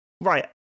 right